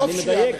אני מדייק?